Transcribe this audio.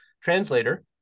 translator